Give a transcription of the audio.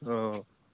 औ